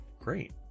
great